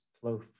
flow